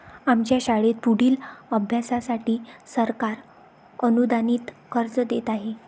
आमच्या शाळेत पुढील अभ्यासासाठी सरकार अनुदानित कर्ज देत आहे